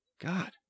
God